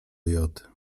joty